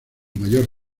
mayor